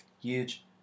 Huge